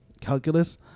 calculus